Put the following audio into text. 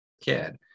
kid